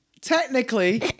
technically